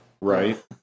Right